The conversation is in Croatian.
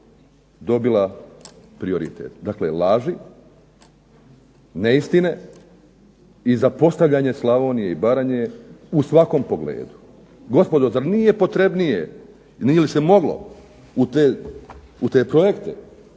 dobila prioritet. Dakle, laži, neistine i zapostavljanje Slavonije i Baranje u svakom pogledu. Gospodo, zar nije potrebnije, nije li se moglo u te projekte,